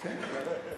כן.